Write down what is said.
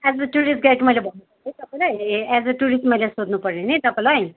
as a tourist guide मैले भने तपाईँलाई ए एज अ टुरिस्ट मैले सोध्नुपऱ्यो नि तपाईँलाई